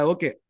Okay